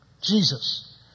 Jesus